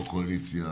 לא קואליציה,